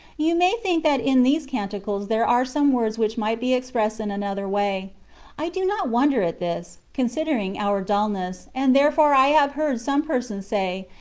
you may think that in these canticles there are some words which might be expressed in another way i do not wonder at this, considering our dulness, and therefore i have heard some persons say,